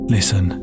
Listen